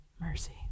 mercy